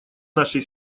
нашей